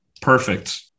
perfect